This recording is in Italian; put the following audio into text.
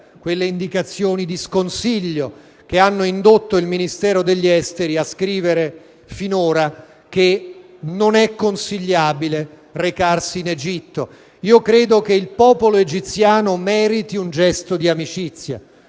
quelle indicazioni di allerta, di sconsiglio che hanno indotto il Ministero degli affari esteri a scrivere finora che non è consigliabile recarsi in Egitto. Credo che il popolo egiziano meriti un gesto d'amicizia.